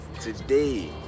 today